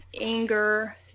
anger